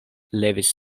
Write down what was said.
levis